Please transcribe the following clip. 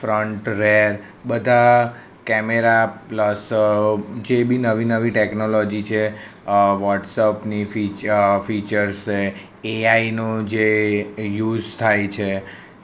front rear બધા camera plus જે બી નવી નવી ટેકનોલોજી છે વોટ્સઅપની ફીચર ફીચર્સ છે એઆઈનું જે યુઝ થાય છે